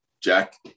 Jack